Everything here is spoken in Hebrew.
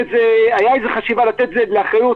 היתה איזו חשיבה לתת את זה לאחריות